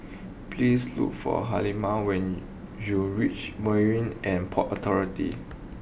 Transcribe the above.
please look for Hilma when you reach Marine and Port Authority